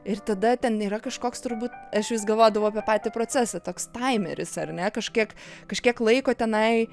ir tada ten yra kažkoks turbūt aš vis galvodavau apie patį procesą toks taimeris ar ne kažkiek kažkiek laiko tenai